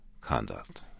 conduct